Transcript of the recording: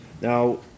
Now